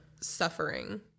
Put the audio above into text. suffering